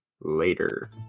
later